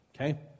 okay